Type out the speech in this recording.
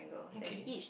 okay